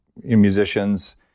musicians